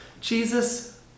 Jesus